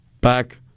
back